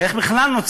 זה מוזר בעיני,